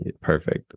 Perfect